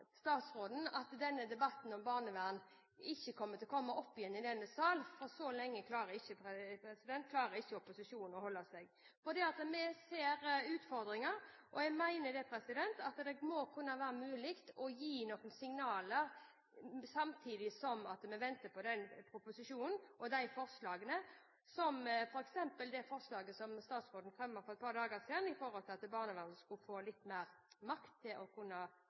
statsråden at denne debatten om barnevern ikke vil komme opp igjen i denne sal. Så lenge klarer ikke opposisjonen å holde seg, for vi ser utfordringer. Jeg mener at det må kunne være mulig å gi noen signaler samtidig som vi venter på proposisjonen og forslagene – som f.eks. det forslaget som statsråden fremmet for et par dager siden, om at barnevernet skulle få litt mer makt og kunne ha mer kontroll over barn, eller at barnevernsinstitusjoner kunne ha mer bruk av makt. Det dreier seg om sånne signaler, og signaler om tilknytning til